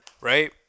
right